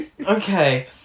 Okay